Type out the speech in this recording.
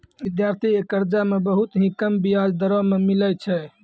विद्यार्थी के कर्जा मे बहुत ही कम बियाज दरों मे मिलै छै